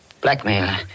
Blackmail